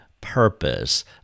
purpose